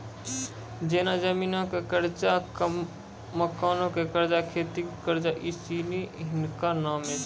जेना जमीनो के कर्जा, मकानो के कर्जा, खेती के कर्जा इ सिनी हिनका नामे छै